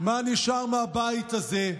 מה נשאר מהבית הזה.